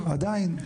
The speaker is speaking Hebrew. עדיין.